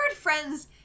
friends